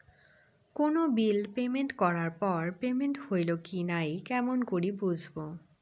কোনো bill payment করার পর পেমেন্ট হইল কি নাই কেমন করি বুঝবো?